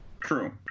true